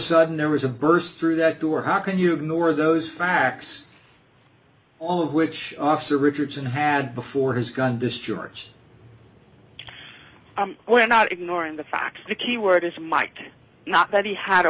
sudden there was a burst through that door how can you ignore those facts all which officer richardson had before his gun discharged we're not ignoring the fact the key word is mike not that he had a